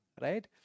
right